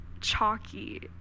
chalky